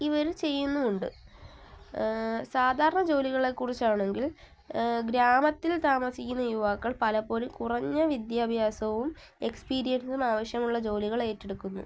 ഇവർ ചെയ്യുന്നും ഉണ്ട് സാധാരണ ജോലികളെക്കുറിച്ചാണെങ്കിൽ ഗ്രാമത്തിൽ താമസിക്കുന്ന യുവാക്കൾ പലപ്പോലും കുറഞ്ഞ വിദ്യാഭ്യാസവും എക്സ്പീരിയൻസും ആവശ്യമുള്ള ജോലികൾ ഏറ്റെടുക്കുന്നു